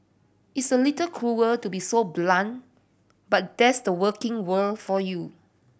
it's a little cruel to be so blunt but that's the working world for you